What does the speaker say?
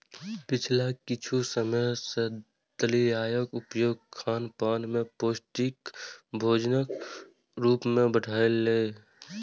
पिछला किछु समय सं दलियाक उपयोग खानपान मे पौष्टिक भोजनक रूप मे बढ़लैए